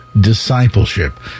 discipleship